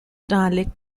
dialect